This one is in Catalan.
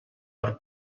per